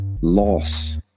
loss